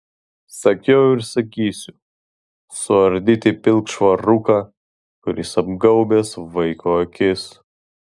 sakiau ir sakysiu suardyti pilkšvą rūką kuris apgaubęs vaiko akis